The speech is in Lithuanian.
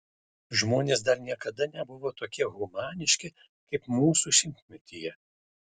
žmonės dar niekada nebuvo tokie humaniški kaip mūsų šimtmetyje